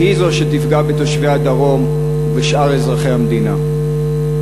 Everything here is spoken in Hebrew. והיא שתפגע בתושבי הדרום ובשאר אזרחי המדינה.